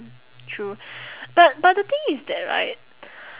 true but but the thing is that right